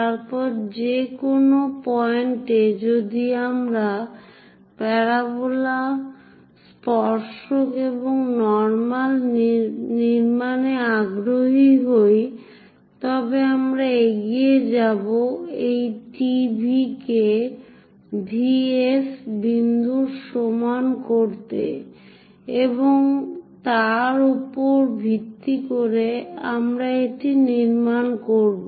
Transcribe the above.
তারপর যে কোনো পয়েন্টে যদি আমরা প্যারাবোলা স্পর্শক এবং নর্মাল নির্মাণে আগ্রহী হই তবে আমরা এগিয়ে যাব এই T V কে V S বিন্দুর সমান করতে এবং তার উপর ভিত্তি করে আমরা এটি নির্মাণ করব